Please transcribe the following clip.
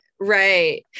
Right